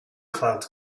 clouds